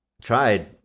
tried